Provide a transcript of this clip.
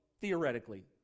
theoretically